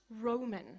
Roman